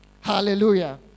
Hallelujah